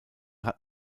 hat